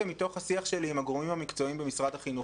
ומתוך השיח שלי עם הגורמים המקצועיים במשרד החינוך,